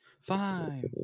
Five